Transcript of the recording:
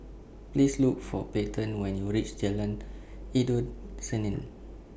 Please Look For Payten when YOU REACH Jalan Endut Senin